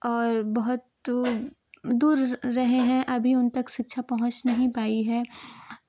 और बहुत दूर रहे हैं अभी उन तक शिक्षा पहुंच नहीं पाई है